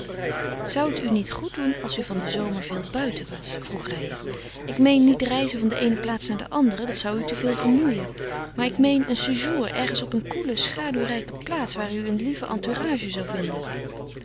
zou het u niet goed doen als u van den zomer veel buiten was vroeg reijer ik meen niet reizen van de eene plaats naar de andere dat zou u te veel vermoeien maar ik meen een séjour ergens op een koele schaduwrijke plaats waar u een lieve entourage zou vinden